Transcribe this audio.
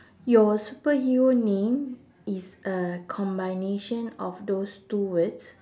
your superhero name is a combination of those two words